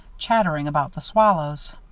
chattering about the swallows.